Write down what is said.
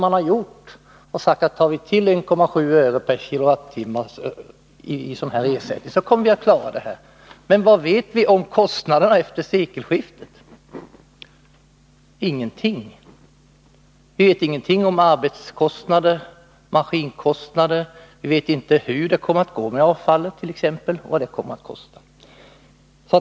Man har sagt att det skall gå att klara det här med 1,7 öre/kWh i ersättning. Men vad vet vi om kostnaderna efter sekelskiftet? Jo, ingenting. Vivet ingenting om arbetskostnader eller maskinkostnader. Inte heller vet vi hur det kommer att gå med t.ex. avfallet och vad det kommer att kosta.